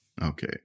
Okay